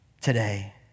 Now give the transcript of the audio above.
today